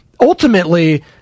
ultimately